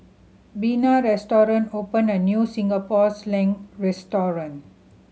Bina recently opened a new Singapore Sling restaurant